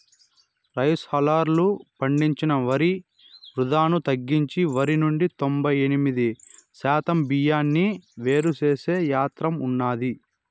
rice హల్లర్లు పండించిన వరి వృధాను తగ్గించి వరి నుండి తొంబై ఎనిమిది శాతం బియ్యాన్ని వేరు చేసే యంత్రం ఉన్నాది